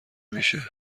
میشه